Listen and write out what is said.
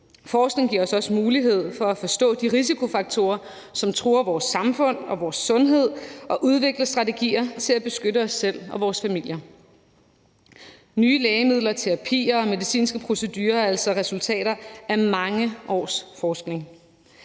Forskningen giver os også mulighed for at forstå de risikofaktorer, som truer vores samfund og vores sundhed, og udvikle strategier til at beskytte os selv og vores familier. Nye lægemidler, terapier og medicinske procedurer er altså resultater af mange års forskning.